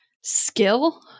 skill